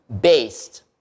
based